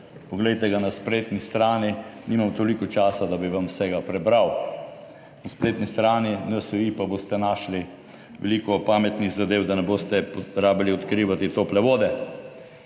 poglejte ga na spletni strani, nimam toliko časa, da bi vam vsega prebral. Na spletni strani NSi pa boste našli veliko pametnih zadev, da ne boste rabili odkrivati tople vode.